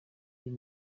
iyi